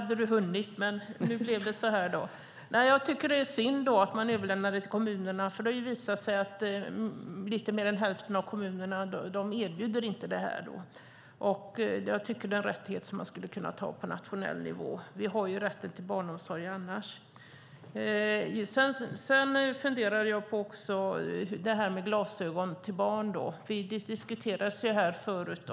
Fru talman! Jag tycker att det är synd att man överlämnar det till kommunerna, för det har visat sig att lite mer än hälften av kommunerna inte erbjuder den servicen. Jag tycker att det är en rättighet som man skulle kunna ta upp på nationell nivå. Vi har ju rätten till barnomsorg annars. Sedan funderar jag på glasögon till barn. Det diskuterades här förut.